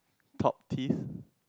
top teeth